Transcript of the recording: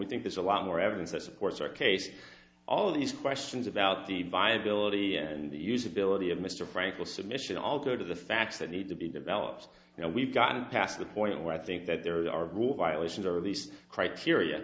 we think there's a lot more evidence that supports our case all of these questions about the viability and the usability of mr frankel submission also to the facts that need to be developed you know we've gotten past the point where i think that there are rules violations of these criteria